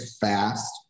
fast